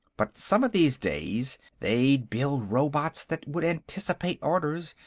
but some of these days, they'd build robots that would anticipate orders,